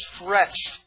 stretched